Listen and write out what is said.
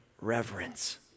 reverence